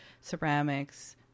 ceramics